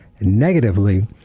negatively